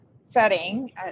setting